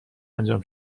انجام